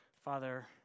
Father